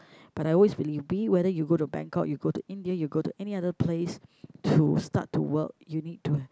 but I always believe be it whether you go to Bangkok you go to India you go to any other place to start to work you need to